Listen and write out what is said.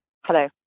Hello